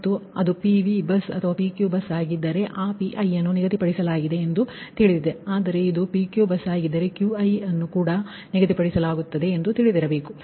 ಮತ್ತು ಅದು PV bus ಅಥವಾ PQ ಬಸ್ ಆಗಿದ್ದರೆ ಆ Piಅನ್ನು ನಿಗದಿಪಡಿಸಲಾಗಿದೆ ಎಂದು ತಿಳಿದಿದೆ ಆದರೆ ಇದು PQ ಬಸ್ ಆಗಿದ್ದರೆ Qi ಅನ್ನು ಕೂಡ ನಿಗದಿಪಡಿಸಲಾಗುತ್ತದೆ ಎಂದು ತಿಳಿದಿರಬೇಕು